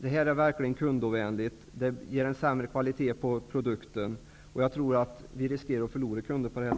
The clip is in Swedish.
Det är verkligen kundovänligt och ger en sämre kvalitet på produkten. Jag tror att vi på detta sätt riskerar att förlora kunder.